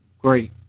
Great